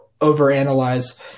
overanalyze